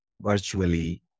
virtually